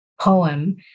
poem